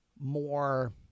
more